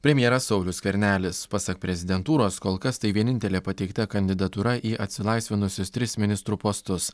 premjeras saulius skvernelis pasak prezidentūros kol kas tai vienintelė pateikta kandidatūra į atsilaisvinusius tris ministrų postus